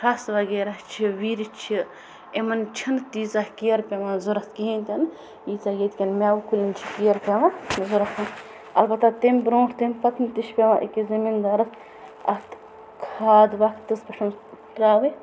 پھرٮ۪س وَغیرہ چھِ ویٖری چھِ اِمن چھنہٕ تیٖژہ کِیر پٮ۪وان ضورَتھ کِہیٖنۍ تہِ نہٕ یِژھ ییٚتہِ کٮ۪ن مٮ۪وٕ کُلٮ۪ن چھِ کِیر پٮ۪وان ضورَتھ اَگر تَتھ تمہِ برونٛٹھ تہِ تمہِ پَتن تہِ چھُ پٮ۪وان أکِس زٔمیٖندارس اَتھ کھاد وقتَس پٮ۪ٹھ تراوٕنۍ